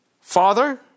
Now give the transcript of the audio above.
Father